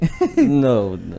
no